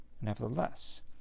Nevertheless